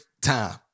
time